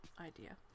idea